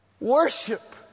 Worship